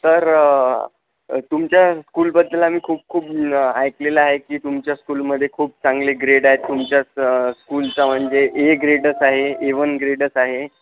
तर तुमच्या स्कूलबद्दल आम्ही खूप खूप ऐकलेलं आहे की तुमच्या स्कूलमध्ये खूप चांगले ग्रेड आहेत तुमच्या स्कूलचा म्हणजे ए ग्रेडच आहे ए वन ग्रेडच आहे